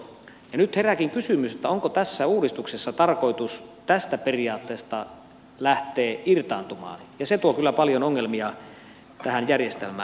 ja nyt herääkin kysymys onko tässä uudistuksessa tarkoitus tästä periaatteesta lähteä irtaantumaan ja se tuo kyllä paljon ongelmia tähän järjestelmään